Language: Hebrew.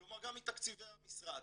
כלומר גם מתקציבי המשרד.